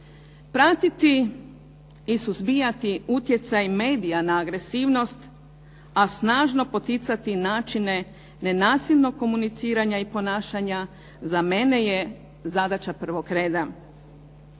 Pratiti i suzbijati utjecaj medija na agresivnost, a snažno poticati načine nenasilnog komuniciranja i ponašanja za mene je zadaća prvog reda.